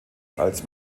als